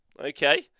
Okay